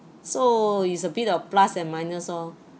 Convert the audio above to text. so it's a bit of plus and minus oh